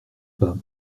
pas